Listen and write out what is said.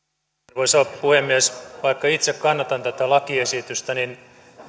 arvoisa puhemies vaikka itse kannatan tätä lakiesitystä niin